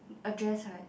a dress right